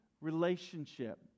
relationship